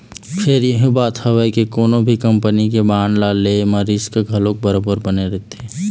फेर यहूँ बात हवय के कोनो भी कंपनी के बांड ल ले म रिस्क घलोक बरोबर बने रहिथे